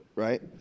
Right